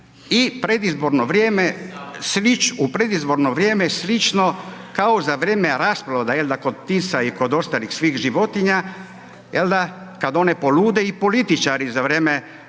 u predizborno vrijeme slično kao za vrijeme rasprodaje jel da, kod tisa i kod ostalih svih životinja, jel da, kada one polude i političari za vrijeme,